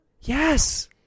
Yes